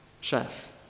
chef